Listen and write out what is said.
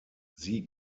sie